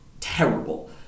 Terrible